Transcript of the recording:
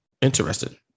interested